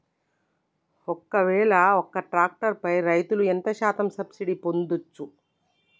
ఒక్కవేల ఒక్క ట్రాక్టర్ పై రైతులు ఎంత శాతం సబ్సిడీ పొందచ్చు?